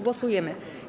Głosujemy.